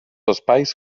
espais